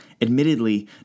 admittedly